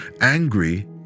angry